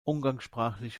umgangssprachlich